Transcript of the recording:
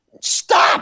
stop